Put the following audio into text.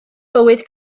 bywyd